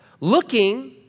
looking